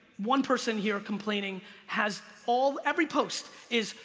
one person here complaining has all, every post is,